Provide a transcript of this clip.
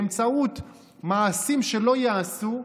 באמצעות מעשים שלא ייעשו,